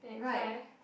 twenty five